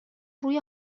روی